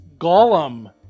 Golem